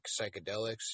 psychedelics